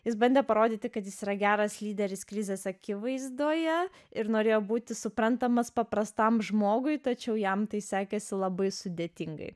jis bandė parodyti kad jis yra geras lyderis krizės akivaizdoje ir norėjo būti suprantamas paprastam žmogui tačiau jam tai sekėsi labai sudėtingai